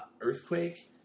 earthquake